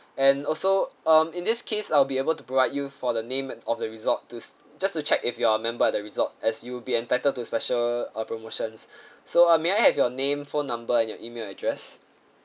and also um in this case I'll be able to provide you for the name of the resort to just to check if you're a member of the resort as you'll be entitled to special uh promotions so uh may I have your name phone number and your email address